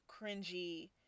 cringy